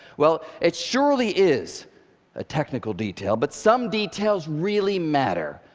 well it surely is a technical detail, but some details really matter.